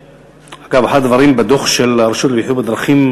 אגב, אחד הדברים בדוח של הרשות לבטיחות בדרכים,